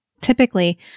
Typically